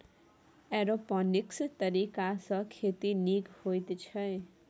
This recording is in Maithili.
एरोपोनिक्स तरीकासँ खेती नीक होइत छै